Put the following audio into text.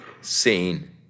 seen